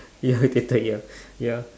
ya you get tired ya